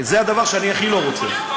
זה הדבר שאני הכי לא רוצה.